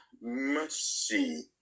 mercy